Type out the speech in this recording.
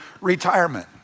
retirement